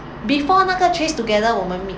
before 那个 trace together 我们 meet